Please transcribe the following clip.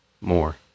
more